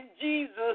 Jesus